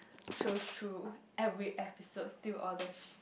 so shrewd every episode till all the sh~